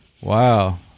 Wow